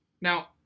Now